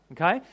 okay